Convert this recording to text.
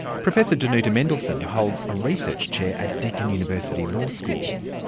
professor danuta mendelson holds a research chair at deakin university law school.